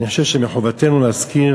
אני חושב שמחובתנו להזכיר